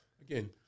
again